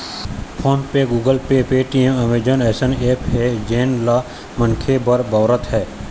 phone पे, Google Pay, Paytm, Amazon अइसन ऐप्स हे जेन ल मनखे मन बउरत हें